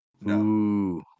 No